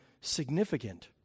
significant